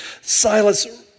Silas